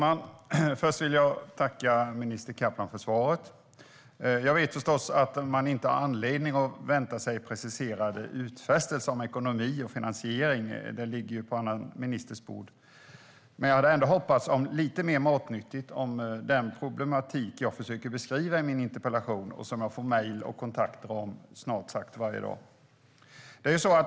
Herr talman! Jag tackar minister Kaplan för svaret. Jag vet förstås att jag inte har anledning att vänta mig preciserade utfästelser om ekonomi och finansiering, för det ligger ju på en annan ministers bord. Men jag hade hoppats på något lite mer matnyttigt om den problematik jag försöker beskriva i min interpellation och som jag får mejl och kontakter om snart sagt varje dag.